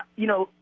you know,